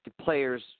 players